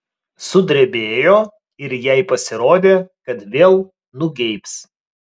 sudrebėjo ir jai pasirodė kad vėl nugeibs